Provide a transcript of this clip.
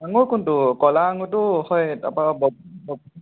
আঙুৰ কোনটো ক'লা আঙুৰটো হয় তাৰ পৰা